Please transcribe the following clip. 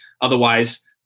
Otherwise